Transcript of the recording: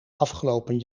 afgelopen